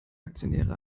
aktionäre